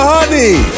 Honey